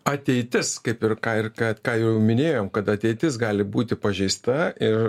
ateitis kaip ir ką ir ką ką jau minėjom kad ateitis gali būti pažeista ir